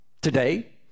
today